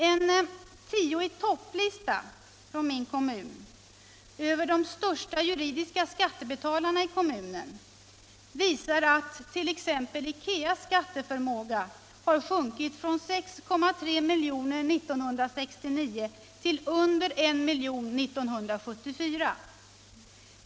En tio-i-topp-lista från min kommun över de största juridiska skattebetalarna i kommunen visar att t.ex. Ikeas skatteförmåga har sjunkit från 6,3 milj.kr. år 1969 till under 1 miljon 1974.